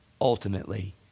ultimately